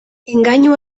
engainu